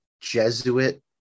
Jesuit